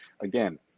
again